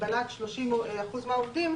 המגבלת 30% מהעובדים,